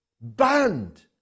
banned